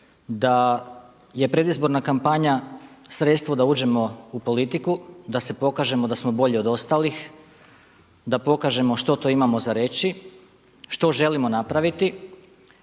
da je predizborna kampanja sredstvo da uđemo u politiku, da se pokažemo da smo bolji od ostalih, da se pokažemo da smo bolji od ostalih,